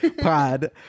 Pod